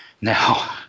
Now